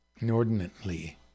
inordinately